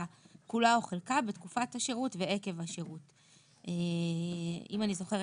כולה בתקופת השירות ועקב השירות; אם אני זוכרת